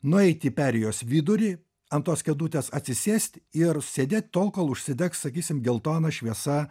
nueiti į perėjos vidurį ant tos kėdutės atsisėst ir sėdėt tol kol užsidegs sakysim geltona šviesa